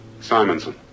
Simonson